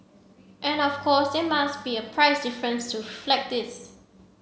and of course there must be a price difference to this